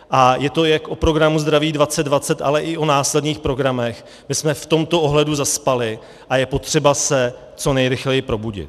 A je to jak o programu Zdraví 2020, ale i o následných programech, kde jsme v tomto ohledu zaspali, a je potřeba se co nejrychleji probudit.